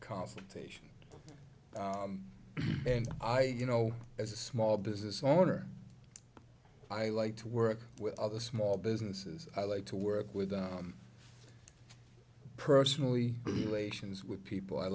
concentration and i you know as a small business owner i like to work with other small businesses i like to work with them personally relations with people i